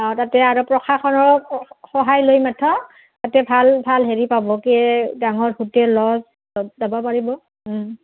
অঁ তাতে আৰু প্ৰশাসনৰ সহায় লৈ মাঠ তাতে ভাল ভাল হেৰি পাব কি ডাঙৰ হোটেল ল'জ যাব পাৰিব